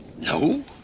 No